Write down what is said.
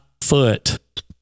foot